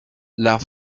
las